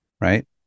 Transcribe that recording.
right